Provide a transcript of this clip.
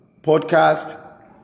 Podcast